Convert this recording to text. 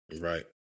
Right